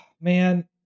Man